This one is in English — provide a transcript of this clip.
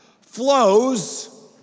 flows